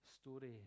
story